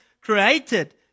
created